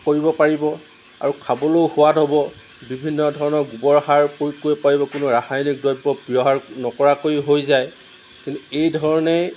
কৰিব পাৰিব আৰু খাবলৈও সোৱাদ হ'ব বিভিন্ন ধৰণৰ গোবৰ সাৰ প্ৰয়োগ কৰিব পাৰিব কোনো ৰাসায়নিক দ্ৰব্য ব্যৱহাৰ নকৰাকৈও হৈ যায় কিন্তু এইধৰণেই